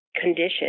condition